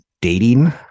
dating